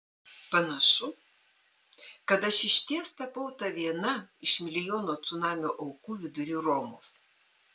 panašu kad aš išties tapau ta viena iš milijono cunamio aukų vidury romos